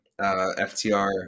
FTR